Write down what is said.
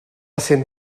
cent